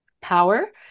power